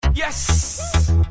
Yes